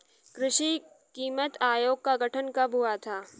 कृषि कीमत आयोग का गठन कब हुआ था?